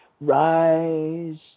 rise